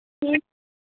ठीक